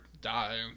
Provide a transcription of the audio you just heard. die